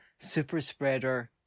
superspreader